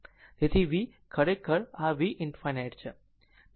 તેથી v ખરેખર આ v ∞ છે